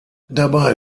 dabei